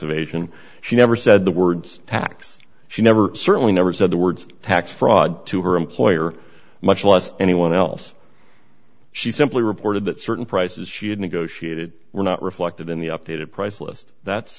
evasion she never said the words tax she never certainly never said the words tax fraud to her employer much less anyone else she simply reported that certain prices she had negotiated were not reflected in the updated price list that's